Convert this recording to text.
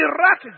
Iraq